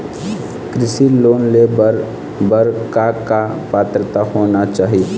कृषि लोन ले बर बर का का पात्रता होना चाही?